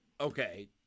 okay